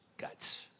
guts